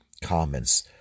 comments